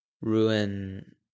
Ruin